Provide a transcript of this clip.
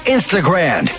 Instagram